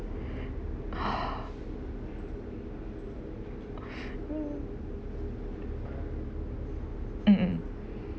oh mm mm